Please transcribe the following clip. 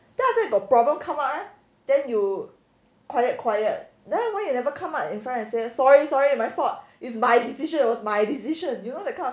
then after that problem come eh then you quiet quiet then why you never come up in front and say sorry sorry my fault it's my decision was my decision you know that kind of